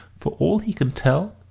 for all he can tell,